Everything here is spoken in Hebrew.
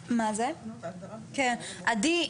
עדי,